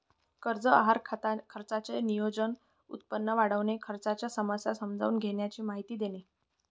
कर्ज आहार खर्चाचे नियोजन, उत्पन्न वाढविणे, खर्चाच्या समस्या समजून घेण्याची माहिती देणे